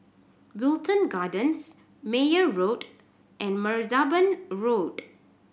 Wilton Gardens Meyer Road and Martaban Road